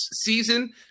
season